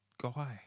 Guy